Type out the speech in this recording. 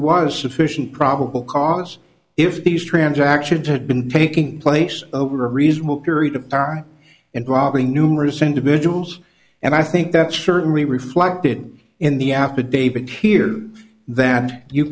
was sufficient probable cause if these transactions had been taking place over a reasonable period of time and probably numerous individuals and i think that's certainly reflected in the affidavit here that you